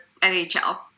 NHL